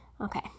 Okay